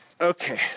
Okay